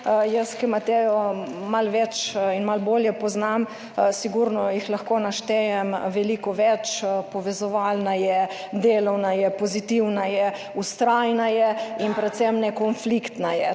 Jaz, ki Matejo malo več in malo bolje poznam, sigurno jih lahko naštejem veliko več, povezovalna je, delovna je, pozitivna je, vztrajna je in predvsem nekonfliktna je.